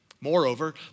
Moreover